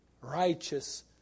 Righteous